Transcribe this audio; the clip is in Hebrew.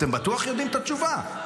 אתם בטוח יודעים את התשובה.